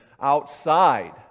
outside